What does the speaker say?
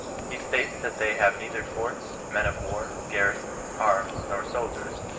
he states that they have neither forts, men-of war, garrisons, arms, nor soldiers,